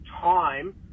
time